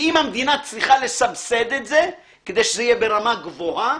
ואם המדינה צריכה לסבסד את זה כדי שזה יהיה ברמה גבוהה,